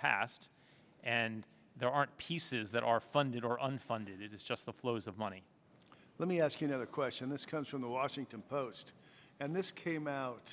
passed and there aren't pieces that are funded or unfunded it is just the flows of money let me ask you another question this comes from the washington post and this came out